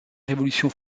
révolution